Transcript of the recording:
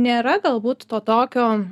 nėra galbūt to tokio